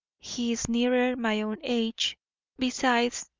he is nearer my own age besides,